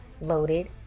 loaded